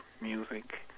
music